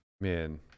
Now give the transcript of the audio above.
Man